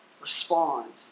respond